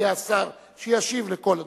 השר שישיב לכל הדוברים.